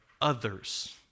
others